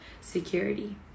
security